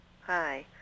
Hi